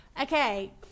Okay